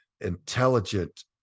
intelligent